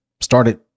started